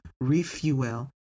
refuel